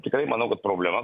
tikrai manau kad problema